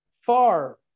far